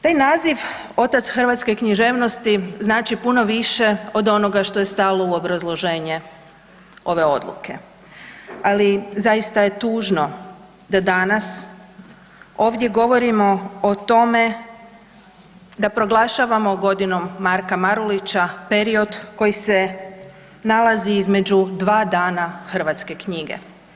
Taj naziv „Otac hrvatske književnosti“ znači puno više od onoga što je stalo u obrazloženje ove odluke, ali zaista je tužno da danas ovdje govorimo o tome da proglašavamo Godinom Marka Marulića period koji se nalazi između dva dana hrvatske knjige.